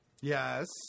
Yes